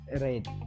Right